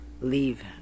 leave